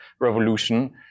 revolution